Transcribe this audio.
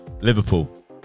Liverpool